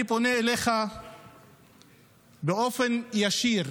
אני פונה אליך באופן ישיר: